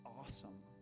awesome